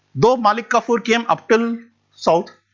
though malik kafur came up till south,